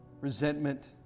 Resentment